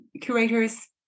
curators